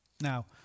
Now